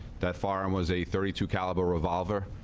that farm was a thirty two caliber revolver